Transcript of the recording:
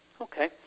Okay